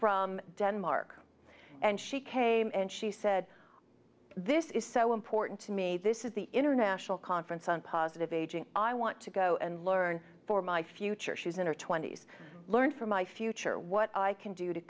from denmark and she came and she said this is so important to me this is the international conference on positive aging i want to go and learn for my future she's in her twenty's learn for my future what i can do to